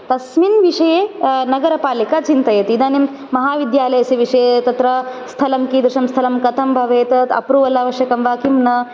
तस्मिन् विषये नगरपालिका चिन्तयति इदानीं महाविद्यालयस्य विषये तत्र स्थलं कीदृशं स्थलं कथं भवेद् अप्रुवल् आवश्यकं वा किं न